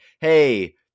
hey